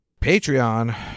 Patreon